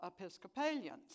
Episcopalians